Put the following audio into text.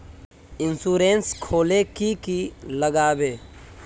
Insurance खोले की की लगाबे?